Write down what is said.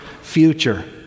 future